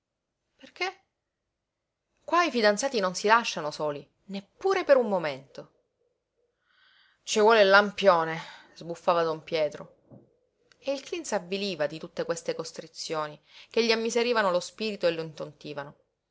perché qua i fidanzati non si lasciano soli neppure per un momento ci vuole il lampione sbuffava don pietro e il cleen s'avviliva di tutte queste costrizioni che gli ammiserivano lo spirito e lo